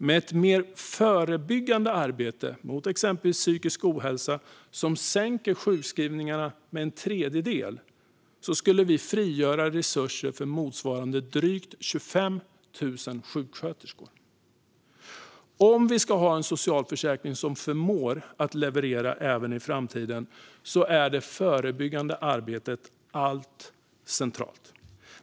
Med ett mer förebyggande arbete mot exempelvis psykisk ohälsa vilket sänker sjukskrivningarna med en tredjedel skulle vi frigöra resurser för motsvarande drygt 25 000 sjuksköterskor. Om vi ska ha en socialförsäkring som förmår leverera även i framtiden är det förebyggande arbetet helt centralt.